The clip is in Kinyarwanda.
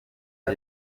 y’u